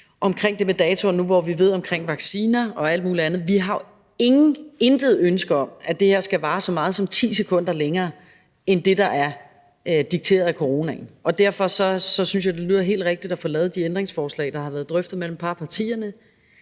omkring det med datoer, nu, hvor vi ved noget om vacciner og alt muligt andet, at vi intet ønske har om, at det her skal vare så meget som 10 sekunder længere end det, der er dikteret af coronaen. Derfor synes jeg, det lyder helt rigtigt at få lavet de ændringsforslag, der har været drøftet mellem et par af partierne